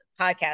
podcast